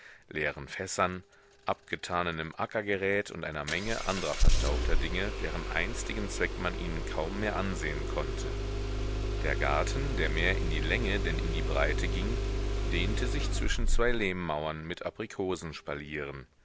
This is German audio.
leeren fässern abgetanenem ackergerät und einer menge andrer verstaubter dinge deren einstigen zweck man ihnen kaum mehr ansehen konnte der garten der mehr in die länge denn in die breite ging dehnte sich zwischen zwei lehmmauern mit